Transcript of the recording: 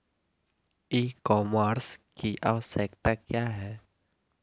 ई कॉमर्स की आवशयक्ता क्या है?